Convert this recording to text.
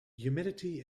humidity